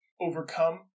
overcome